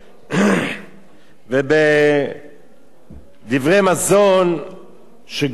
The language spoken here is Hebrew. ובדברי מזון שגורמים להרבה מחלות קשות,